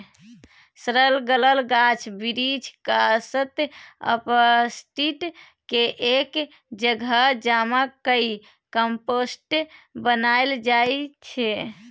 सरल गलल गाछ बिरीछ, कासत, अपशिष्ट केँ एक जगह जमा कए कंपोस्ट बनाएल जाइ छै